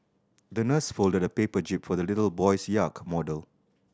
the nurse folded a paper jib for the little boy's model